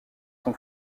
son